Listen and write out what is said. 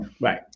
Right